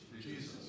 Jesus